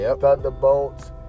thunderbolts